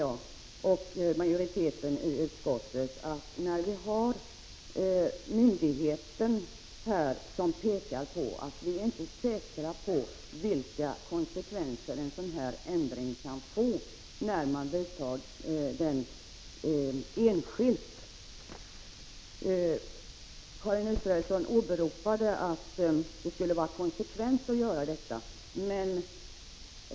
Jag och majoriteten i övrigt i utskottet har tagit fasta på att myndigheten pekar på att man inte är säker på vilka konsekvenser en sådan här ändring kan få när den vidtas enskilt. Karin Israelsson åberopade att det skulle vara konsekvent att göra detta.